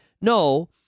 No